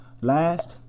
Last